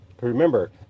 Remember